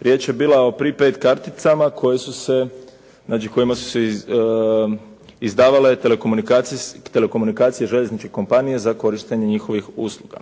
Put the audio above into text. Riječ je bila o prepaid karticama koje su se znači kojima su se izdavale telekomunikacije željezničke kompanije za korištenje njihovih usluga.